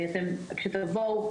כשתבואו,